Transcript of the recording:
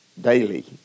daily